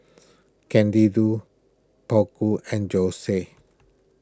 Candido and Josie